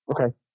Okay